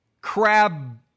crab